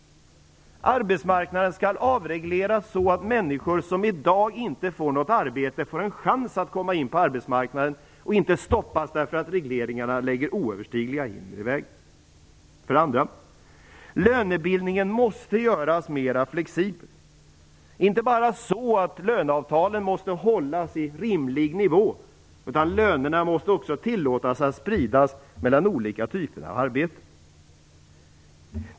Arbetsmarknaden skall avregleras så att människor som i dag inte får ett arbete får chansen att komma in på arbetsmarknaden i stället för att stoppas därför att regleringarna lägger oöverstigliga hinder i vägen. För det andra måste lönebildningen göras mera flexibel. Löneavtalen måste hållas på rimlig nivå, men lönespridning måste också tillåtas mellan olika typer av arbeten.